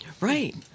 right